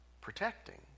protecting